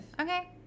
Okay